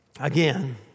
Again